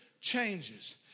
changes